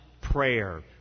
prayer